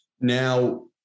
Now